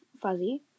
fuzzy